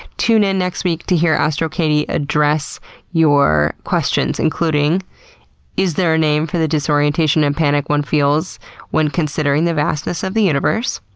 tune in next week to hear astro katie address your questions including is there a name for the disorientation and panic one feels when considering the vastness of the universe?